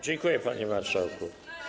Dziękuję, panie marszałku.